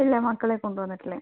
ഇല്ല മക്കളെ കൊണ്ട് വന്നിട്ടില്ല